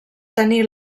tenir